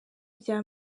rya